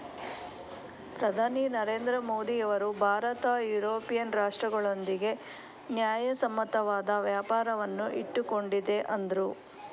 ಪ್ರಧಾನಿ ನರೇಂದ್ರ ಮೋದಿಯವರು ಭಾರತ ಯುರೋಪಿಯನ್ ರಾಷ್ಟ್ರಗಳೊಂದಿಗೆ ನ್ಯಾಯಸಮ್ಮತವಾದ ವ್ಯಾಪಾರವನ್ನು ಇಟ್ಟುಕೊಂಡಿದೆ ಅಂದ್ರು